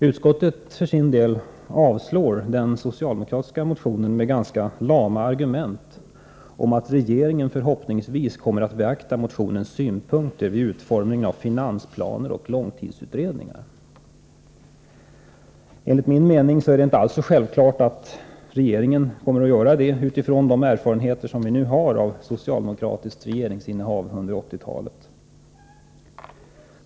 Utskottet avstyrkte den socialdemokratiska motionen med ganska lama argument om att regeringen vid utformningen av finansplaner och långtidsutredningar förhoppningsvis kommer att beakta motionens synpunkter. Med tanke på de erfarenheter som vi nu har av socialdemokratiskt regeringsinnehav under 1980-talet är det, enligt min mening, inte alls så självklart att regeringen kommer att göra detta.